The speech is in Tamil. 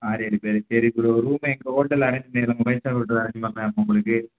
ஆறு ஏழு பேர் சரி ப்ரோ ரூமு எங்கள் ஹோட்டலில் அரேஞ்சு பண்ணிடுவோம் ஃபைவ் ஸ்டார் ஹோட்டலில் அரேஞ்ச் உங்களுக்கு